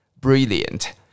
Brilliant